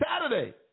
Saturday